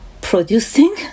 producing